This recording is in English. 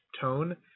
tone